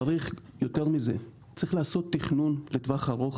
צריך לעשות יותר מזה, צריך תכנון לטווח ארוך